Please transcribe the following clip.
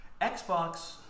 Xbox